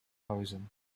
horizon